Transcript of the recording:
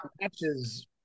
matches